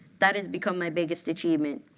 that has become my biggest achievement.